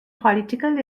political